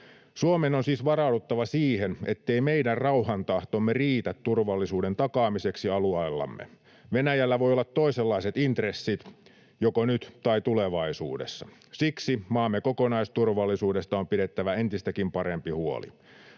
Suomen on siis varauduttava siihen, ettei meidän rauhantahtomme riitä turvallisuuden takaamiseksi alueellamme. Venäjällä voi olla toisenlaiset intressit joko nyt tai tulevaisuudessa. Siksi maamme kokonaisturvallisuudesta on pidettävä entistäkin parempi huoli.